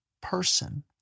person